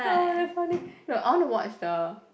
oh damn funny no I want to watch the